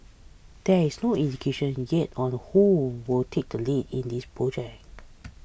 there is no indication yet on who will take the lead in this project